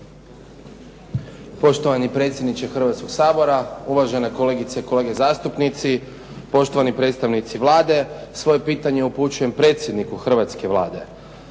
Poštovani predsjedniče Hrvatskog sabora, uvažene kolegice i kolegice zastupnici, poštovani predstavnici Vlade. Svoje pitanje upućujem predsjedniku hrvatske Vlade.